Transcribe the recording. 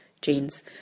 jeans